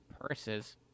Purses